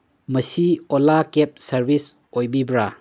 ꯃꯁꯤ ꯑꯣꯂꯥ cab service ꯑꯣꯏꯕꯤꯕ꯭ꯔꯥ